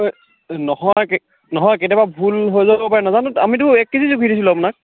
নহয় কে নহয় কেতিয়াবা ভুল হৈ যাব পাৰে নাজানো আমিতো এক কেজি জুখি দিছিলোঁ আপোনাক